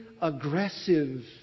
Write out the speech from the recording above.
aggressive